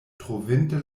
trovinte